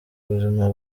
buzima